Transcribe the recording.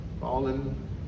Fallen